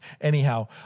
Anyhow